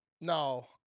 No